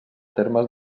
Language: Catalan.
termes